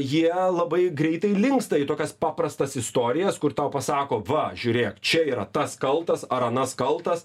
jie labai greitai linksta į tokias paprastas istorijas kur tau pasako va žiūrėk čia yra tas kaltas ar anas kaltas